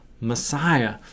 Messiah